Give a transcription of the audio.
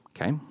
okay